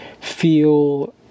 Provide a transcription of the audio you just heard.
feel